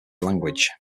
language